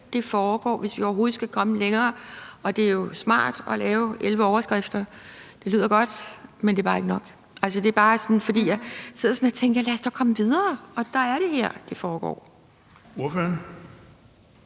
det foregår, hvis vi overhovedet skal komme længere. Det er jo smart at lave 11 overskrifter. Det lyder godt, men det er bare ikke nok. Jeg sidder sådan og tænker: Lad os dog komme videre. Og så det er her, det foregår. Kl.